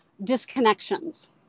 disconnections